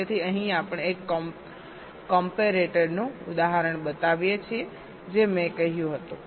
તેથી અહીં આપણે એક કોમ્પેરેટર નું ઉદાહરણ બતાવીએ છીએ જે મેં કહ્યું હતું